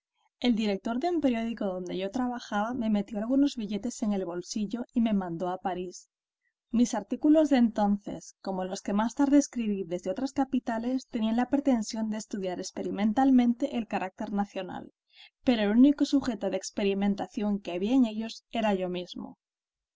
el director de un periódico donde yo trabajaba me metió algunos billetes en el bolsillo y me mandó a parís mis artículos de entonces como los que más tarde escribí desde otras capitales tenían la pretensión de estudiar experimentalmente el carácter nacional pero el único sujeto de experimentación que había en ellos era yo mismo